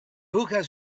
hookahs